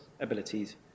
abilities